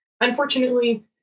unfortunately